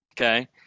Okay